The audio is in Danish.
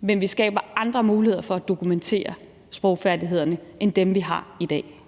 men vi skaber andre muligheder for at dokumentere sprogfærdighederne, end dem, vi har i dag.